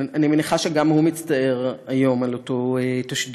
אני מניחה שגם הוא מצטער היום על אותו תשדיר.